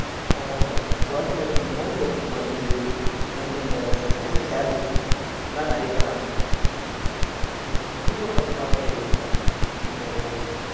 அப்புறோம் இந்த குழந்தைகளுக்கு இந்த நோய் தடுப்பு மருத்து அதே மாரி இந்த வ விட்டமின் டேப்லெட் இதெல்லாம் நிறைய தராங்க இந்த குடும்ப கட்டுப்பாடு தெரியும்லை இப்போது